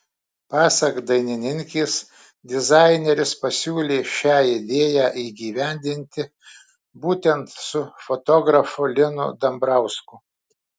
pasak dainininkės dizaineris pasiūlė šią idėją įgyvendinti būtent su fotografu linu dambrausku